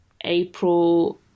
april